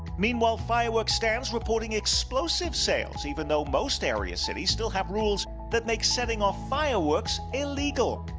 meanwhile fireworks stands reporting explosive sales even though most area cities still have rules that make setting off fireworks illegal.